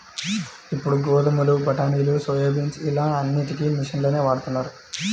ఇప్పుడు గోధుమలు, బఠానీలు, సోయాబీన్స్ ఇలా అన్నిటికీ మిషన్లనే వాడుతున్నారు